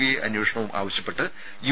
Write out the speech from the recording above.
I അന്വേഷണവും ആവശ്യപ്പെട്ട് U